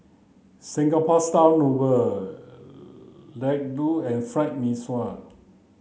Singapore style laddu and fried mee sua